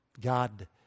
God